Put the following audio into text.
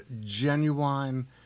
genuine